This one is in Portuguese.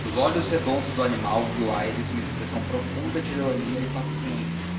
nos olhos redondos do animal viu aires uma expressão profunda de ironia e paciência